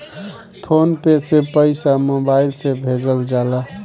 phone पे से पईसा mobile से भेजल जाला